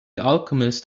alchemist